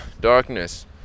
darkness